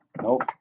Nope